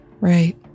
Right